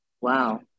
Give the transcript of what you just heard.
Wow